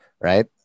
right